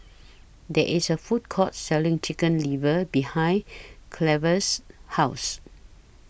There IS A Food Court Selling Chicken Liver behind Cleve's House